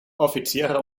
offiziere